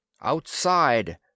Outside